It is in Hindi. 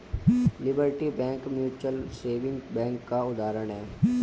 liberty bank mutual saving bank का उदाहरण है